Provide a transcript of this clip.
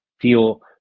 feel